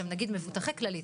שהם נגיד מבוטחי כללית,